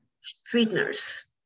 sweeteners